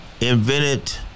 invented